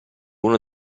uno